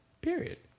period